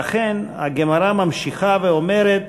ואכן, הגמרא ממשיכה ואומרת